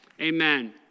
Amen